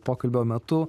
pokalbio metu